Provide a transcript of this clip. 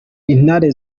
intare